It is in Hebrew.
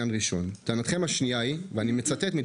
טענתכם השנייה היא, ואני מצטט: